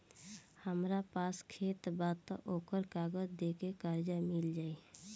हमरा पास खेत बा त ओकर कागज दे के कर्जा मिल जाई?